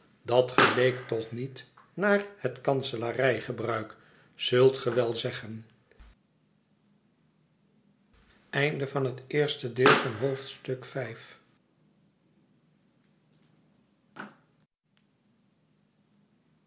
dat geleek toch niet naar het kanselarij gebruik zult ge wel zeggen